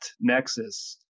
nexus